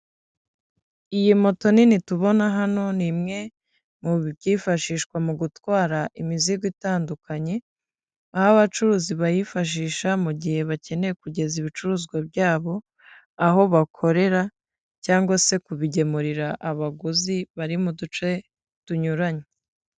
Iyi moto nini tubona hano ni imwe mu byifashishwa mu gutwara imizigo itandukanye, aho abacuruzi bayifashisha mu gihe bakeneye kugeza ibicuruzwa byabo, aho bakorera cyangwa se kubigemurira abaguzi bari mu duce tunyuranye.